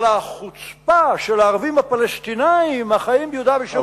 אבל החוצפה של הערבים הפלסטינים החיים ביהודה ושומרון,